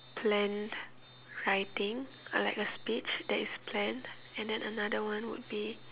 planned writing uh like a speech that is planned and then another one would be